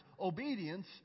Obedience